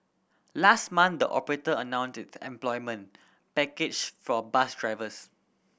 last month the operator announced its employment package for bus drivers